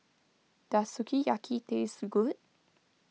does Sukiyaki taste good